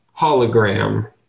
hologram